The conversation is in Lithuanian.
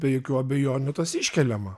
be jokių abejonių tas iškeliama